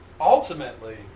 Ultimately